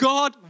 God